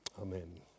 amen